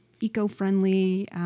eco-friendly